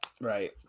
Right